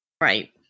Right